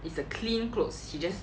it's clean clothes you just